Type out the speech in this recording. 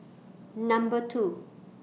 Number two